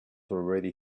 already